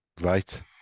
Right